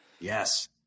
yes